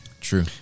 True